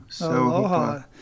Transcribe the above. Aloha